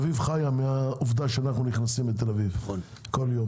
תל אביב חיה מהעובדה שאנחנו נכנסים לתל אביב כל יום.